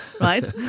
right